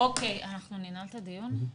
אנחנו ננעל את הדיון?